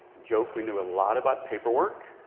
joked we knew a lot about paperwork.